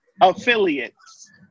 affiliates